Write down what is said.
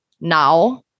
now